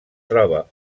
troba